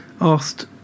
asked